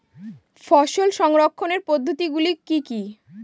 ফসল সংরক্ষণের পদ্ধতিগুলি কি কি?